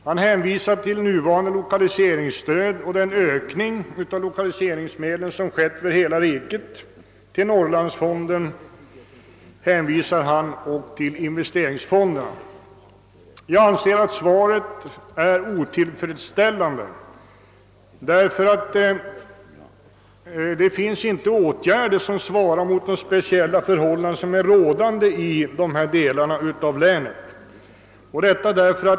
Han hänvisar till nuvarande lokaliseringsstöd och till den ökning av lokaliseringsmedlen, som skett för hela riket, samt till Norrlandsfonden och till investeringsfonderna. Jag anser att svaret är otillfredsställande därför att det inte vidtagits åtgärder som svarar mot de speciella förhållandena i ifrågavarande delar av länet.